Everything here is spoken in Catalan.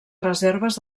reserves